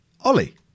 Ollie